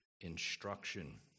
instruction